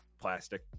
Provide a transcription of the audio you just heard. plastic